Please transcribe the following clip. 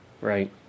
Right